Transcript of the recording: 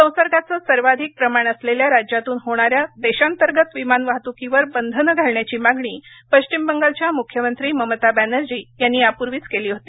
संसर्गाचं सर्वाधिक प्रमाण असलेल्या राज्यातून होणाऱ्या देशांतर्गत विमानवाहतुकीवर बंधनं घालण्याची मागणी पश्चिम बंगालच्या मुख्यमंत्री ममता बॅनर्जी यांनी यापूर्वीच केली होती